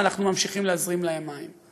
ואנחנו ממשיכים להזרים להם מים.